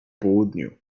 południu